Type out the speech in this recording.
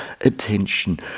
attention